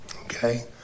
okay